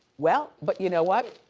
well, but you know what?